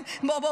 בואו,